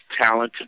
talented